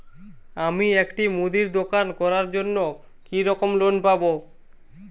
আমি একটি মুদির দোকান করার জন্য কি রকম লোন পাব?